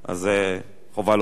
אז חובה להודות.